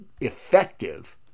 effective